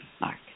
Mark